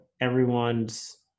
everyone's